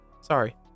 sorry